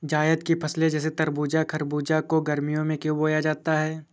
जायद की फसले जैसे तरबूज़ खरबूज को गर्मियों में क्यो बोया जाता है?